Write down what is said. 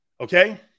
Okay